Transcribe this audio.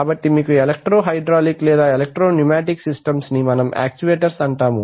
కాబట్టి మీకు electro hydraulic లేదా ఎలక్ట్రో న్యూమాటిక్ సిస్టమ్స్ ని మనం యాక్చువేటర్స్ అంటాము